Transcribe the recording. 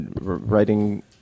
writing